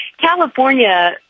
California